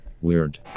Weird